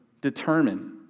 determine